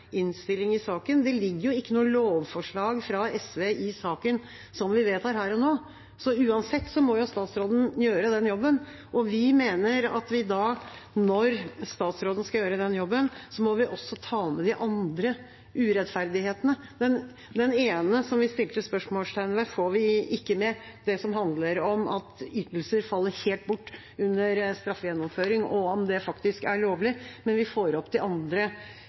innstilling i saken. Det ligger jo ikke noe lovforslag fra SV i saken som vi vedtar her og nå. Så uansett må statsråden gjøre den jobben. Vi mener at vi da, når statsråden skal gjøre den jobben, også må ta med de andre urettferdighetene. Den ene som vi satte spørsmålstegn ved, får vi ikke med, det som handler om at ytelser faller helt bort under straffegjennomføring, og om det faktisk er lovlig, men vi får opp de andre